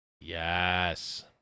Yes